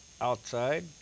outside